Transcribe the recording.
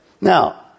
Now